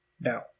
Now